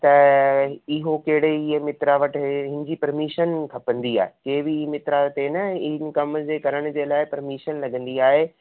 त इहो कहिड़े ई मित्र वटि हिन जी परमिशन खपंदी आहे की बि ई मित्र ते न हिन कमनि करण जे लाइ परमिशन लॻंदी आहे